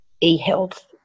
e-health